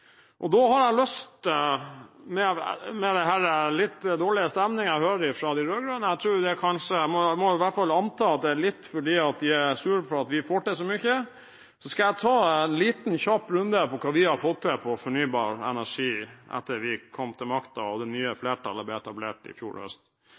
Da har jeg lyst til, med den litt dårlige stemningen jeg hører fra de rød-grønne – jeg tror kanskje, eller jeg må i hvert fall anta, at det er litt fordi de er sure for at vi får til så mye – å ta en liten, kjapp runde på hva vi har fått til når det gjelder fornybar energi etter at vi kom til makten, og det nye